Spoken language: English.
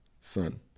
son